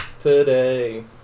today